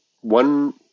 one